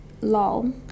Lol